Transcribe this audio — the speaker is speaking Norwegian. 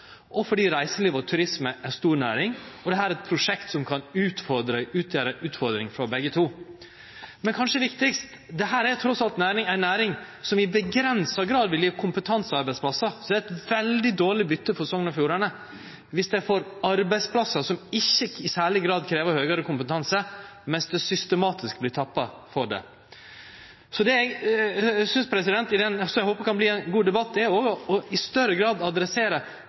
og fordi reiseliv og turisme er ei stor næring, og dette er eit prosjekt som kan utgjere ei utfordring for begge to. Men kanskje viktigast: Dette er trass i alt ei næring som i avgrensa grad vil gje kompetansearbeidsplassar, så det er eit veldig dårleg bytte for Sogn og Fjordane viss dei får arbeidsplassar som ikkje i særleg krev høgare kompetanse, medan dei systematisk vert tappa for det. Så eg håper det kan verte ei god debatt, og at vi i større grad kan adressere kvifor vi ikkje, når vi skal gjere nødvendige omstillingar, kan styrkje og